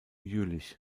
jülich